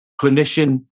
clinician